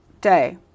day